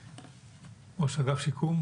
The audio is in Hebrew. ראש אגף שיקום.